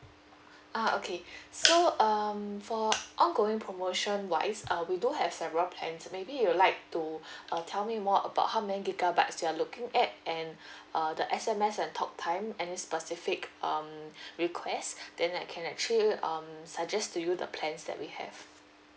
ah okay so um for ongoing promotion wise uh we do have several plans maybe you would like to uh tell me more about how many gigabytes you are looking at and uh the S_M_S and talk time any specific um request then I can actually um suggest to you the plans that we have